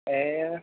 ए